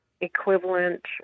equivalent